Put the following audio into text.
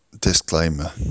disclaimer